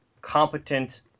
competent